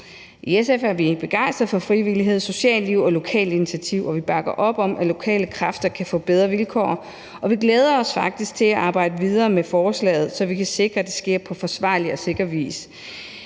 I SF er vi begejstret for frivillighed, socialt liv og lokale initiativer. Vi bakker op om, at lokale kræfter kan få bedre vilkår, og vi glæder os faktisk til at arbejde videre med forslaget, så vi kan sikre, at det sker på forsvarlig og sikker vis.